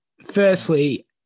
Firstly